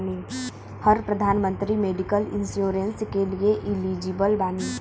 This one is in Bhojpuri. हम प्रधानमंत्री मेडिकल इंश्योरेंस के लिए एलिजिबल बानी?